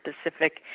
specific